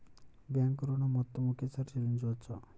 Bank ఋణం మొత్తము ఒకేసారి చెల్లించవచ్చా?